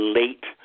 late